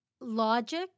logic